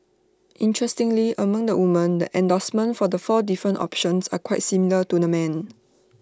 interestingly among the women the endorsement for the four different options are quite similar to the men